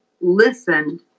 listened